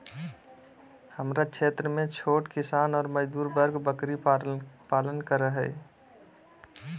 हमरा क्षेत्र में छोट किसान ऑर मजदूर वर्ग बकरी पालन कर हई